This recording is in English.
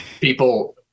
people